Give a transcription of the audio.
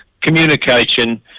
communication